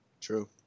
True